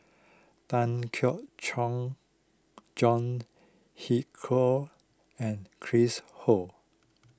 Tan Keong Choon John Hitchcock and Chris Ho